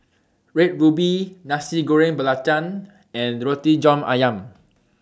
Red Ruby Nasi Goreng Belacan and Roti John Ayam